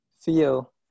feel